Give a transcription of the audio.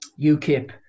UKIP